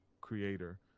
creator